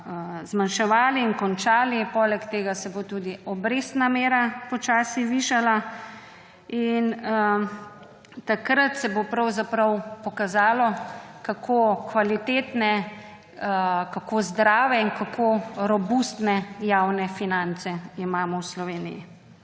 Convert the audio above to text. zmanjševali in končali, poleg tega se bo tudi obrestna mera počasi višala in takrat se bo pokazalo, kako kvalitetne, kako zdrave in kako robustne javne finance imamo v Sloveniji.